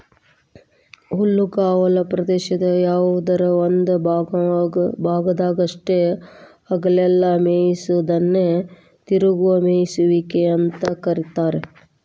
ಹುಲ್ಲುಗಾವಲ ಪ್ರದೇಶದ ಯಾವದರ ಒಂದ ಭಾಗದಾಗಷ್ಟ ಹಗಲೆಲ್ಲ ಮೇಯಿಸೋದನ್ನ ತಿರುಗುವ ಮೇಯಿಸುವಿಕೆ ಅಂತ ಕರೇತಾರ